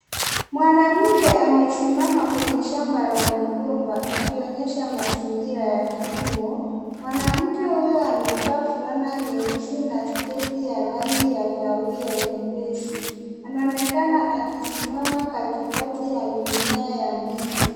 Mwanamke amesimama kwenye shamba ya migomba akionyesha mazingira ya kilimo. Mwanamke huyo amevaa fulana nyeusi na sketi ya rangi ya kahawiya nyepesi. Anaonekana akisimama katikati ya mimea ya ndizi.